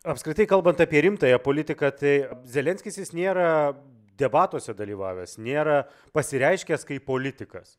apskritai kalbant apie rimtąją politiką tai zelenskis jis nėra debatuose dalyvavęs nėra pasireiškęs kaip politikas